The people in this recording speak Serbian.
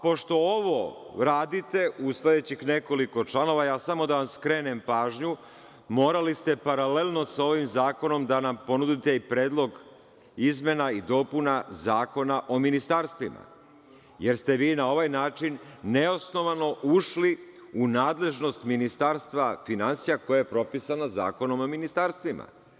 Pošto ovo radite u sledećih nekoliko članova, samo da vam skrenem pažnju, morali ste paralelno sa ovim zakonom da nam ponudite i predlog izmena i dopuna Zakona o ministarstvima, jer ste vi na ovaj način neosnovano ušli u nadležnost Ministarstva finansija, koja je propisano Zakonom o ministarstvima.